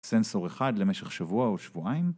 סנסור אחד למשך שבוע או שבועיים